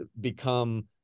become